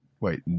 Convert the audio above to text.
wait